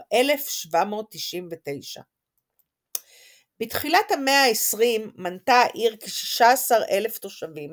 1799. בתחילת המאה ה-20 מנתה העיר כ-16,000 תושבים